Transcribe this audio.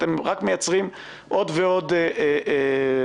אתם רק מייצרים עוד ועוד ונטילציה.